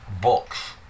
books